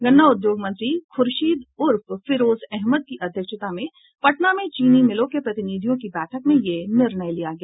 गन्ना उद्योग मंत्री खूर्शीद उर्फ फिरोज अहमद की अध्यक्षता में पटना में चीनी मिलों के प्रतिनिधियों की बैठक में यह निर्णय लिया गया